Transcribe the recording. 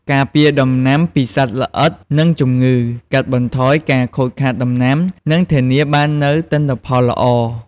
ការពារដំណាំពីសត្វល្អិត និងជំងឺ កាត់បន្ថយការខូចខាតដំណាំ និងធានាបាននូវទិន្នផលល្អ។